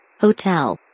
Hotel